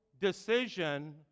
decision